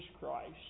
Christ